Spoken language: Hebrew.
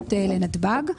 הסמוכות לנתב"ג,